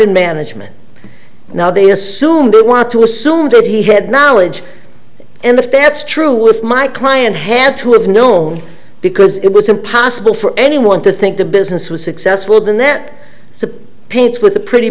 in management now they assume but want to assume that he had knowledge and if that's true with my client had to have known because it was impossible for anyone to think the business was successful than that it's a pitts with a pretty